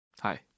Hi